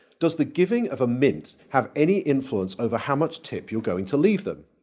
does the giving of a mint have any influence over how much tip you're going to leave them?